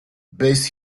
based